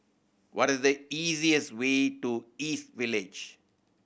what is the easiest way to East Village